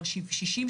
60%,